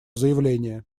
заявление